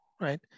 right